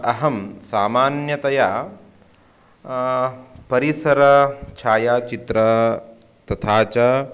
अहं सामान्यतया परिसरः छायाचित्रः तथा च